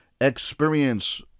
experience